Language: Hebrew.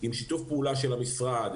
עם שיתוף פעולה של המשרד,